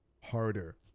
harder